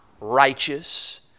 righteous